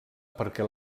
perquè